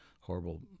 horrible